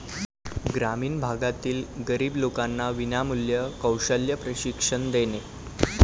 ग्रामीण भागातील गरीब लोकांना विनामूल्य कौशल्य प्रशिक्षण देणे